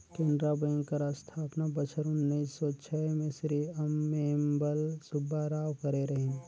Canara bank कर अस्थापना बछर उन्नीस सव छय में श्री अम्मेम्बल सुब्बाराव करे रहिन